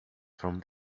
from